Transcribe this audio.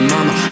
Mama